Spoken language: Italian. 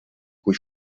cui